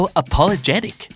apologetic